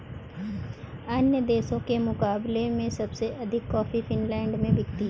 अन्य देशों के मुकाबले में सबसे अधिक कॉफी फिनलैंड में बिकती है